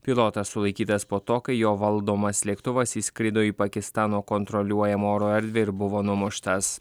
pilotas sulaikytas po to kai jo valdomas lėktuvas įskrido į pakistano kontroliuojamą oro erdvę ir buvo numuštas